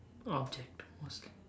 object mostly